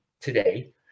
today